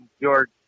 George